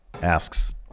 Asks